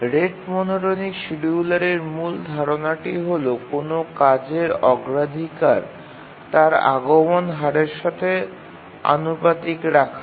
rate monotonic শিডিয়ুলারের মূল ধারণাটি হল কোনও কাজের অগ্রাধিকার তার আগমন হারের সাথে আনুপাতিক রাখা